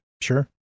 Sure